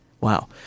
Wow